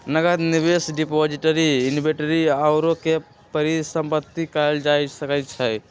नकद, निवेश, depository, inventory आउरो के परिसंपत्ति कहल जा सकइ छइ